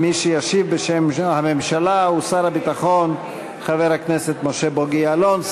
מי שישיב בשם הממשלה הוא שר הביטחון חבר הכנסת משה בוגי יעלון.